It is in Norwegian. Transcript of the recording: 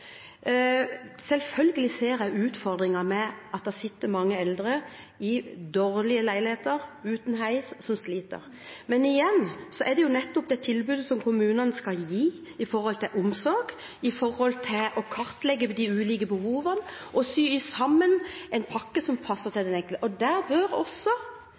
Selvfølgelig ser jeg utfordringen med at det sitter mange eldre i dårlige leiligheter uten heis – som sliter. Men igjen handler det om det tilbudet som kommunene skal gi innen omsorg, med hensyn til å kartlegge de ulike behovene og sy sammen en pakke som passer til den enkelte, også